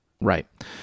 Right